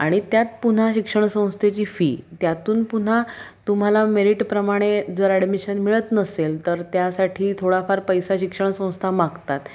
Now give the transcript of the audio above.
आणि त्यात पुन्हा शिक्षण संस्थेची फी त्यातून पुन्हा तुम्हाला मेरीटप्रमाणे जर ॲडमिशन मिळत नसेल तर त्यासाठी थोडाफार पैसा शिक्षण संस्था मागतात